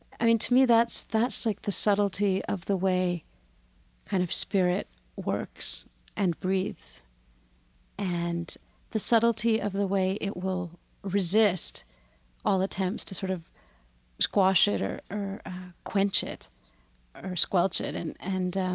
i mean, to me, that's that's like the subtlety of the way kind of spirit works and breathes and the subtlety of the way it will resist all attempts to sort of squash it or or quench it or squelch it, and and